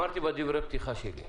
אמרתי בדברי הפתיחה שלי,